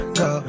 go